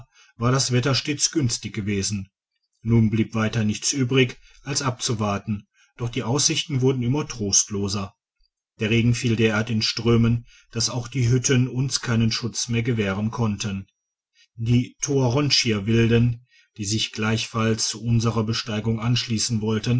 war das wetter stets günstig gewesen nun blieb weiter nichts übrig als abzuwarten doch die aussichten wurden immer trostloser der regen fiel derart in strömen dass auch die hütten uns keinen schutz mehr gewähren konnten die toaronshia wilden die sich gleichfalls unserer besteigung anschliessen wollten